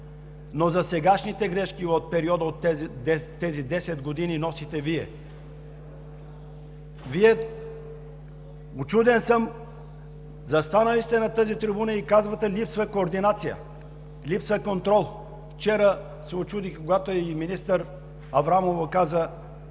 но за сегашните грешки – за периода от тези 10 години, носите Вие. Учуден съм, застанали сте на тази трибуна и казвате: „Липсва координация, липсва контрол“. Вчера се учудих, когато и министър Аврамова каза: